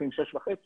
לפעמים 6.5,